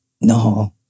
No